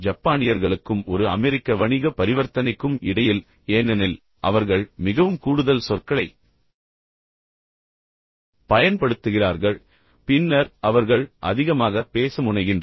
ஜப்பானியர்களுக்கும் ஒரு அமெரிக்க வணிக பரிவர்த்தனைக்கும் இடையில் ஏனெனில் அவர்கள் மிகவும் கூடுதல் சொற்களை பயன்படுத்துகிறார்கள் பின்னர் அவர்கள் அதிகமாக பேச முனைகின்றனர்